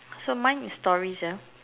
so mine is stories ah